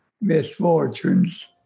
misfortunes